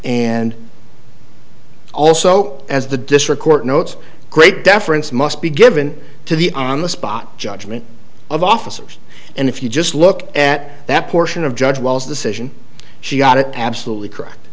and also as the district court notes great deference must be given to the on the spot judgment of officers and if you just look at that portion of judge wells decision she got it absolutely correct